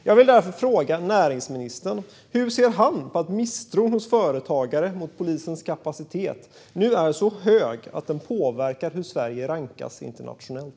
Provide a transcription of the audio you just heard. Jag vill därför fråga näringsministern hur han ser på att misstron hos företagare mot polisens kapacitet nu är så stor att den påverkar hur Sverige rankas internationellt.